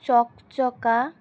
চকচকা